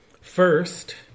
First